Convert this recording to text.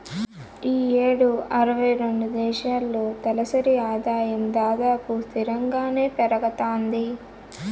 ఈ యేడు అరవై రెండు దేశాల్లో తలసరి ఆదాయం దాదాపు స్తిరంగానే పెరగతాంది